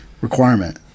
requirement